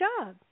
job